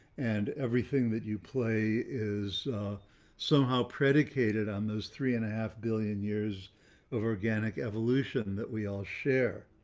and everything that you play is somehow predicated on those three and a half billion years of organic evolution that we all share,